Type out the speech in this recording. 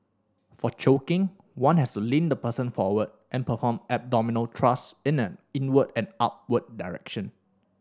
for choking one has to lean the person forward and perform abdominal thrust in an inward and upward direction